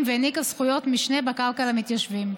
והעניקה זכויות משנה בקרקע למתיישבים.